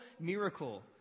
miracle